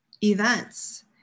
events